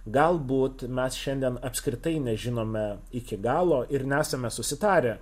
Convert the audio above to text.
galbūt mes šiandien apskritai nežinome iki galo ir nesame susitarę